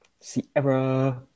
Sierra